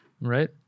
Right